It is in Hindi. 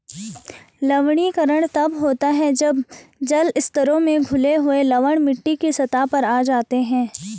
लवणीकरण तब होता है जब जल स्तरों में घुले हुए लवण मिट्टी की सतह पर आ जाते है